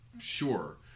sure